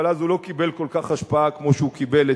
אבל אז הוא לא קיבל כל כך השפעה כמו שהוא קיבל אצלנו.